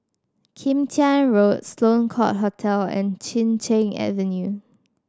Kim Tian Road Sloane Court Hotel and Chin Cheng Avenue